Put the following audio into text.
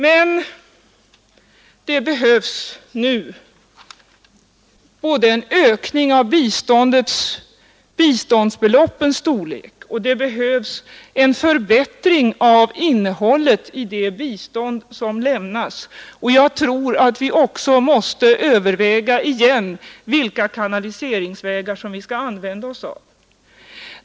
Men det behövs nu både en ökning av biståndsbeloppens storlek och en förbättring av innehållet i det bistånd som lämnas, och jag tror att vi igen måste överväga vilka kanaliseringsvägar som vi skall använda oss av.